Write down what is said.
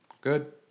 good